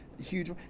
huge